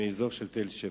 מהאזור של תל-שבע.